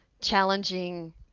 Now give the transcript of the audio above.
challenging